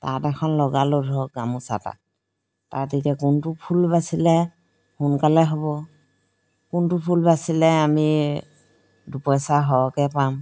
তাঁত এখন লগালো ধৰক গামোচা তাঁত তাত এতিয়া কোনটো ফুল বাচিলে সোনকালে হ'ব কোনটো ফুল বাচিলে আমি দুপইচা সৰহকে পাম